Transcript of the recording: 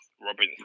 Robinson